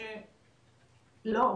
לא,